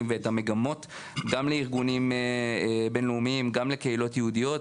והמגמות גם לארגונים בין-לאומיים וגם לקהילות יהודיות.